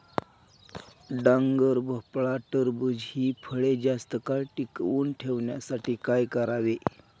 डांगर, भोपळा, टरबूज हि फळे जास्त काळ टिकवून ठेवण्यासाठी काय करावे?